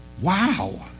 wow